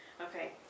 Okay